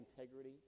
integrity